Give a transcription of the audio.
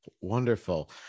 wonderful